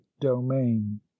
domain